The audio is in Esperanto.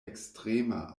ekstrema